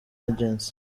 agency